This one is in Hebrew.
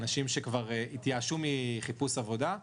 אנשים שכבר התייאשו מחיפוש עבודה.